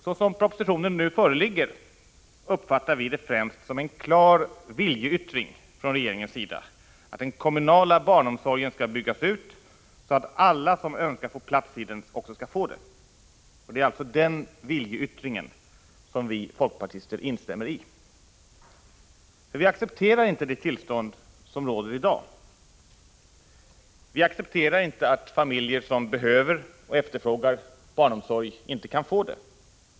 Så som propositionen nu föreligger, uppfattar vi den främst som en klar viljeyttring från regeringens sida att den kommunala barnomsorgen skall byggas ut så att alla som så önskar får plats i den. Det är alltså den viljeyttringen som vi i folkpartiet instämmer i. Vi accepterar nämligen inte det tillstånd som råder i dag. Vi accepterar inte att familjer som behöver och efterfrågar barnomsorg inte kan få det.